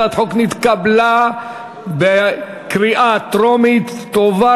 הצעת החוק נתקבלה בקריאה טרומית ותועבר